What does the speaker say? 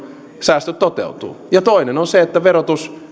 säästöt toteutuvat ja toinen on se että verotus